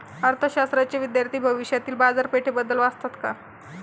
अर्थशास्त्राचे विद्यार्थी भविष्यातील बाजारपेठेबद्दल वाचतात का?